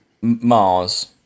Mars